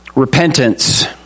Repentance